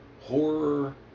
horror